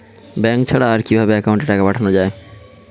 Bank ছাড়া আর কিভাবে একাউন্টে টাকা পাঠানো য়ায়?